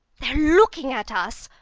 they're looking at us.